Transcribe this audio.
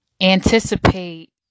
anticipate